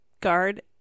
guard